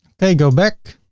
okay. go back